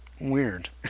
weird